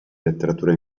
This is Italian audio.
letteratura